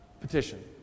petition